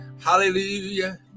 Hallelujah